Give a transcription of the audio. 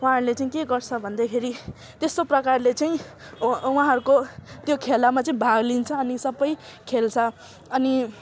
उहाँहरूले चाहिँ के गर्छ भन्दाखेरि त्यस्तो प्रकारले चाहिँ उहाँहरूको त्यो खेलामा चाहिँ भाग लिन्छ अनि सबै खेल्छ अनि